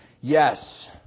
Yes